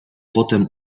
potem